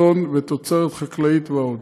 צאן ותוצרת חקלאית ועוד.